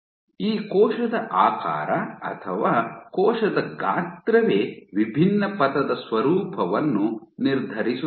ಈ ಕೋಶದ ಆಕಾರ ಅಥವಾ ಕೋಶದ ಗಾತ್ರವೇ ವಿಭಿನ್ನ ಪಥದ ಸ್ವರೂಪವನ್ನು ನಿರ್ಧರಿಸುತ್ತದೆ